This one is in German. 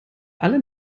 alle